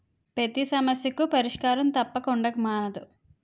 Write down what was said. పతి సమస్యకు పరిష్కారం తప్పక ఉండక మానదు